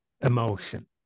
emotion